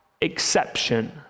exception